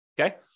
okay